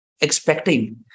expecting